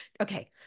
okay